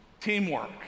teamwork